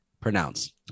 pronounce